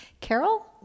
Carol